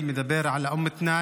אני מדבר על אום מתנאן,